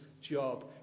job